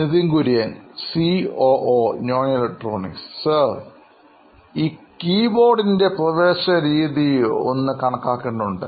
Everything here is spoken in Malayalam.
നിതിൻ കുര്യൻ സിഒഒനോയിൻ ഇലക്ട്രോണിക്സ് സർ ഈ കീബോർഡിൻറെ പ്രവേശന രീതി ഒന്ന്കണക്കാക്കേണ്ടതുണ്ട്